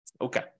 Okay